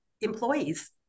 employees